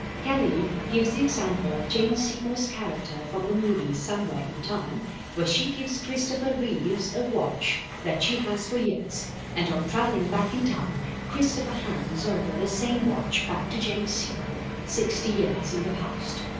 kelly gives the example of jane seymour's character from the movie somewhere in time where she gives christopher reeve's a watch that she has for years and on travelling back in time christopher hands over the same watch back to jane seymour sixty years in the past.